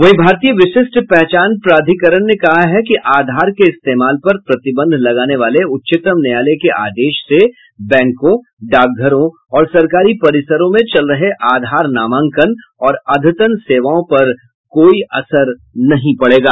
वहीं भारतीय विशिष्ठ पहचान प्राधिकरण ने कहा है कि आधार के इस्तेमाल पर प्रतिबंध लगाने वाले उच्चतम न्यायालय के आदेश से बैंकों डाकघरों और सरकारी परिसरों में चल रहे आधार नामांकन और अद्यतन सेवाओं पर कोई असर नहीं पड़ेगा